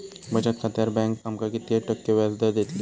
बचत खात्यार बँक आमका किती टक्के व्याजदर देतली?